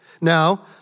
Now